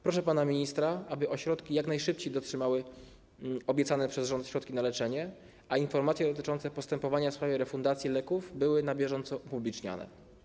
Proszę pana ministra, aby ośrodki jak najszybciej otrzymały obiecane przez rząd środki na leczenie, a informacje dotyczące postępowania w sprawie refundacji leków były na bieżąco upubliczniane.